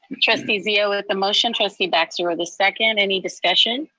um trustee zia with the motion, trustee baxter with the second, any discussion?